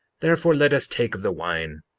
therefore let us take of the wine,